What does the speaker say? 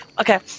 Okay